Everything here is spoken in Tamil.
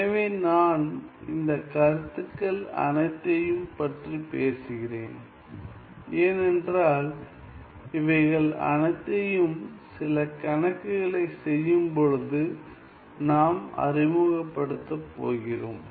எனவே நான் இந்த கருத்துக்கள் அனைத்தையும் பற்றி பேசுகிறேன் ஏனென்றால் இவைகள் அனைத்தையும் சில கணக்குகளை செய்யும் பொழுது நாம் அறிமுகப் படுத்தப் போகிறோம்